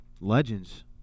Legends